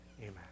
Amen